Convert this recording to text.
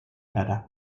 gara